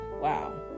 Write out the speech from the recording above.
Wow